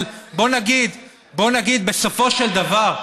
אבל בוא נגיד, בסופו של דבר,